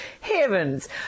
Heavens